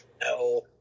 No